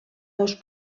dos